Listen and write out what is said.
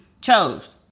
chose